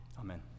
Amen